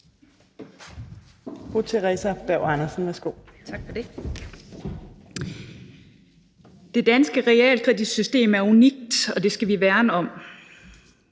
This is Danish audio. Det danske realkreditsystem er unikt, og det skal vi værne om.